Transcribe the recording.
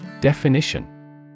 Definition